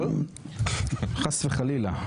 לא, חס וחלילה.